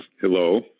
Hello